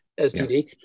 STD